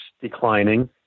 declining